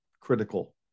critical